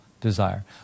desire